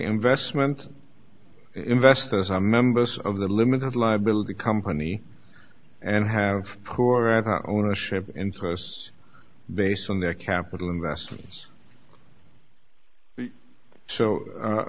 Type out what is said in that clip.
investment investors are members of the limited liability company and have poor ownership interests based on their capital investments so